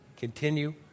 Continue